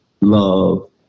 love